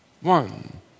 one